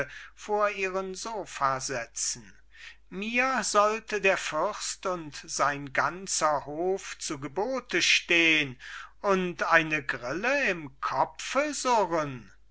vor ihren sopha setzen mir sollte der fürst und sein ganzer hof zu gebote stehen und eine grille im kopfe surren